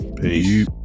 Peace